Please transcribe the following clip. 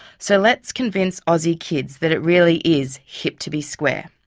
so let's convince aussie kids that it really is, hip to be square!